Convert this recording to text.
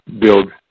build